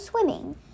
swimming